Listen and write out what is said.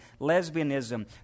lesbianism